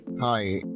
Hi